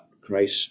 Christ